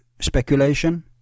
speculation